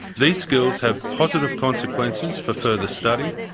these skills have positive consequences for further study,